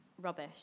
rubbish